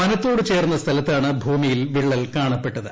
വനത്തോട് ചേർന്ന സ്ഥലത്താണ് ഭൂമിയിൽ വിള്ളൽ കാണപ്പെട്ടത്